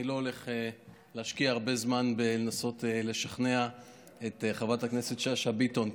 אני לא הולך להשקיע הרבה זמן בלנסות לשכנע את חברת הכנסת שאשא ביטון,